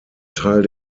teil